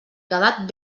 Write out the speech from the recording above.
quedat